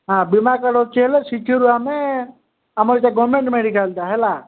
ହଁ ବୀମା କାର୍ଡ଼ ଅଛି ହେଲେ ସିଠିରୁ ଆମେ ଆମର ଏଇଟା ଗଭର୍ଣ୍ଣମେଣ୍ଟ୍ ମେଡ଼ିକାଲ୍ଟା ହେଲା